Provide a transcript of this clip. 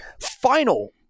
Final